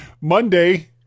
Monday